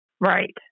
Right